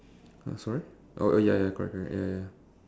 uh sorry oh oh ya ya ya correct correct ya ya ya